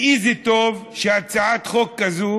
וכמה טוב שהצעת חוק כזאת